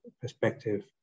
perspective